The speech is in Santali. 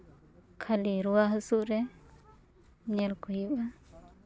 ᱠᱷᱟᱹᱞᱤ ᱨᱩᱣᱟᱹ ᱦᱟᱹᱥᱩᱜ ᱨᱮ ᱧᱮᱞ ᱠᱚ ᱦᱩᱭᱩᱜᱼᱟ